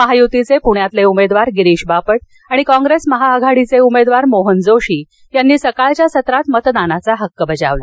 महायुतीचे पुण्यातील उमेदवार गिरीश बापट आणि काँप्रेस आघाडीचे उमेदवार मोहन जोशी यांनी सकाळच्या सत्रात मतदानाचा हक्क बजावला